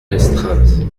restreinte